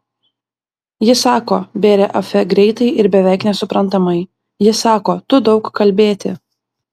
ji sako bėrė afe greitai ir beveik nesuprantamai ji sako tu daug kalbėti